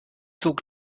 zog